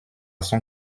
son